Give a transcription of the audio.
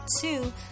two